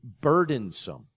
burdensome